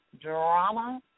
drama